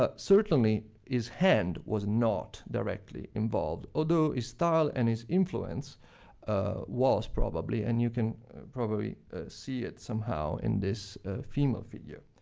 ah certainly, his hand was not directly involved, although his style and his influence was, probably, and you can probably see it somehow in this female figure.